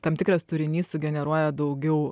tam tikras turinys sugeneruoja daugiau